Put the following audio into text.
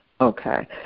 Okay